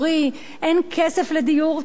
אין כסף לדיור ציבורי,